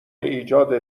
ایجاد